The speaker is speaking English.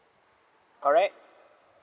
correct